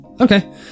Okay